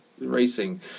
racing